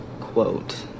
quote